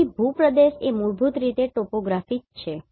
તેથી ભૂપ્રદેશ એ મૂળભૂત રીતે ટોપોગ્રાફી જ છે